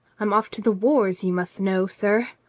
i am off to the wars, you must know, sir,